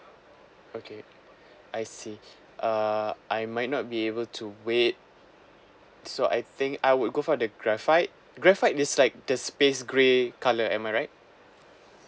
okay I see uh I might not be able to wait so I think I would go for the graphite graphite just like the space grey colour am I right